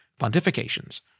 Pontifications